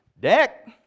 Deck